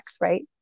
right